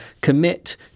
commit